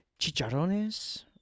chicharrones